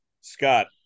Scott